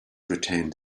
retained